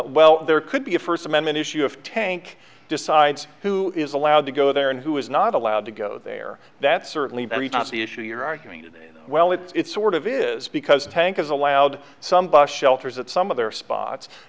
well there could be a first amendment issue if tank decides who is allowed to go there and who is not allowed to go there that's certainly very not the issue you're arguing and well it sort of is because the tank is allowed some bus shelters at some other spots